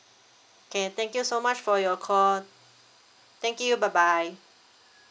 okay thank you so much for your call thank you bye bye